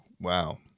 Wow